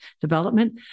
development